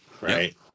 right